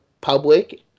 public